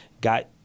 got